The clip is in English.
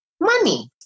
money